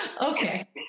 Okay